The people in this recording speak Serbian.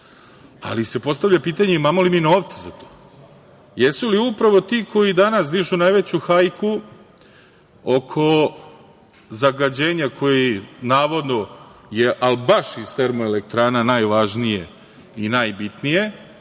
Ali, postavlja se pitanje, imamo li mi novca za to? Jesu li upravo ti koji danas dižu najveću hajku oko zagađenja koji navodno je, al baš iz termoelektrana najvažnije i najbitnije,